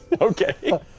Okay